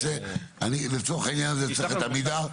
אני לצורך העניין הזה צריך את עמידר.